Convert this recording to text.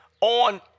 on